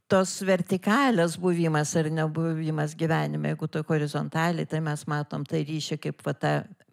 tos vertikalės buvimas ar nebuvimas gyvenime jeigu toj horizontalėj tai mes matom tą ryšį kaip va tą